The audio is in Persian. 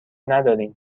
ندارین